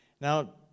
Now